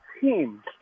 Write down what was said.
team